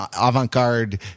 avant-garde